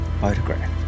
photograph